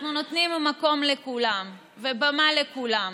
אנחנו נותנים מקום לכולם ובמה לכולם.